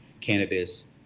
cannabis